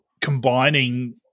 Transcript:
combining